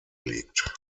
liegt